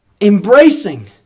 embracing